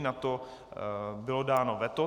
Na to bylo dáno veto.